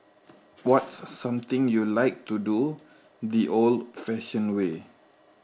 what's something you like to do the old fashioned way